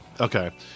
Okay